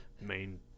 main